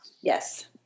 Yes